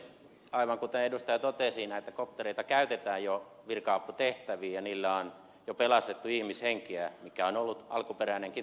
aivan kuten edustaja totesi näitä koptereita käytetään jo virka aputehtäviin ja niillä on jo pelastettu ihmishenkiä mikä on ollut alkuperäinen tarkoituskin